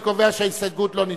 אני קובע שההסתייגות לא נתקבלה.